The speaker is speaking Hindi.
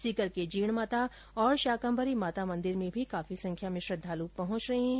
सीकर के जीणमाता और शाकम्भरी माता मन्दिर में भी काफी संख्या में श्रद्धालु पहुंच रहे हैं